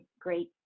great